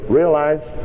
realize